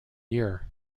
year